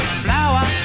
flower